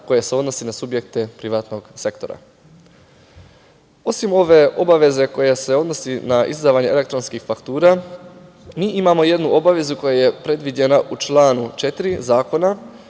koje se odnose na subjekte privatnog sektora. Osim ove obaveze koja se odnosi na izdavanje elektronskih faktura, mi imamo jednu obavezu koja je predviđena u članu 4. zakona,